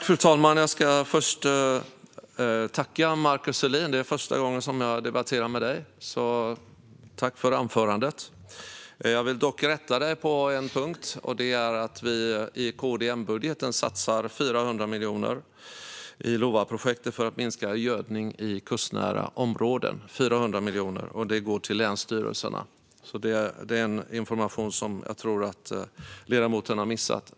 Fru talman! Jag ska först tacka Markus Selin. Det är första gången som jag debatterar med dig. Tack för anförandet! Jag vill dock rätta dig på en punkt. I KD-M-budgeten satsar vi 400 miljoner i LOVA-projektet för att minska gödning i kustnära områden. Det är 400 miljoner, och det går till länsstyrelserna. Det är information som jag tror att ledamoten har missat.